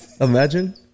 Imagine